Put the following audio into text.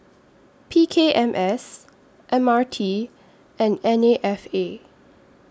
P K M S M R T and N A F A